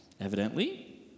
Evidently